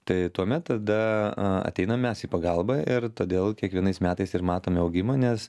tai tuomet tada ateinam mes į pagalbą ir todėl kiekvienais metais ir matome augimą nes